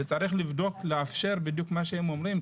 וצריך לבדוק, לאפשר בדיוק מה שהם אומרים.